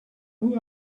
who